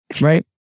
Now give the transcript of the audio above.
Right